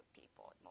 people